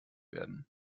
werden